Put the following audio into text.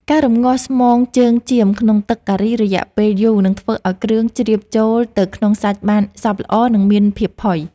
ការរម្ងាស់ស្មងជើងចៀមក្នុងទឹកការីរយៈពេលយូរនឹងធ្វើឱ្យគ្រឿងជ្រាបចូលទៅក្នុងសាច់បានសព្វល្អនិងមានភាពផុយ។